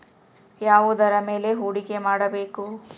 ಯಾವುದರ ಮೇಲೆ ಹೂಡಿಕೆ ಮಾಡಬೇಕು?